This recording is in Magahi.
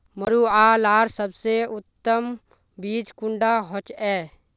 मरुआ लार सबसे उत्तम बीज कुंडा होचए?